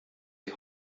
die